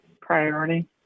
priority